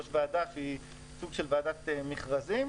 יש ועדה שהיא סוג של ועדת מכרזים,